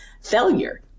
failure